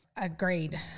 agreed